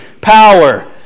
power